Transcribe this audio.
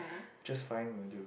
just fine will do